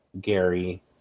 Gary